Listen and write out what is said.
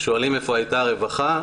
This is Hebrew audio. שואלים איפה הייתה הרווחה,